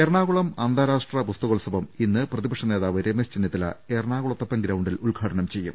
എറണാകുളം അന്താരാഷ്ട്ര പുസ്തകോത്സവം ഇന്ന് പ്രതി പക്ഷനേതാവ് രമേശ് ചെന്നിത്തല എറണാകുളത്തപ്പൻ ഗ്രൌണ്ടിൽ ഉദ്ഘാടനം ചെയ്യും